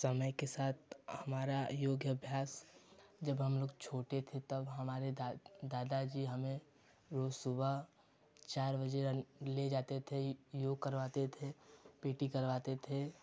समय के साथ हमारा योग अभ्यास जब हमलोग छोटे थे तब हमारे दा दादा जी हमें रोज सुबह चार बजे ले जाते थे योग करवाते थे पी टी करवाते थे